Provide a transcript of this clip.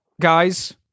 guys